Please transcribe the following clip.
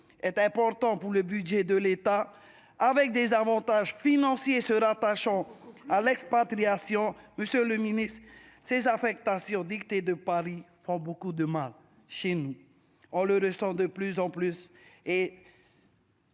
est important pour le budget de l'État avec des avantages financiers se rattachant à l'expatriation, monsieur le Ministre, ces affectations dictée de Paris font beaucoup de mal, chez nous, on le ressent de plus en plus